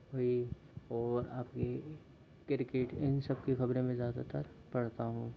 हुई ओर आपकी किर्किट इन सबकी खबरें मैं ज़्यादातर पढ़ता हूँ